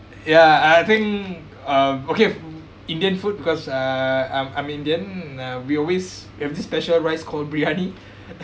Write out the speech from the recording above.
ya I I think um okay indian food because uh I'm I'm indian uh we always we have this special rice called briyani